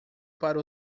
para